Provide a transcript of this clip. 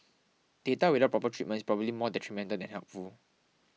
data without proper treatment is probably more detrimental than than helpful